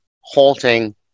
halting